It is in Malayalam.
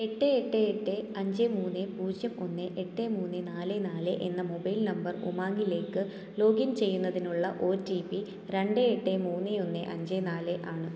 എട്ട് എട്ട് എട്ട് അഞ്ച് മൂന്ന് പൂജ്യം ഒന്ന് എട്ട് മൂന്ന് നാല് നാല് എന്ന മൊബൈൽ നമ്പർ ഉമാങ്കിലേക്ക് ലോഗിൻ ചെയ്യുന്നതിനുള്ള ഒ ടി പി രണ്ട് എട്ട് മൂന്ന് ഒന്ന് അഞ്ച് നാല് ആണ്